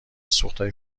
سوختهای